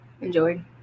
enjoyed